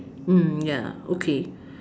mm ya okay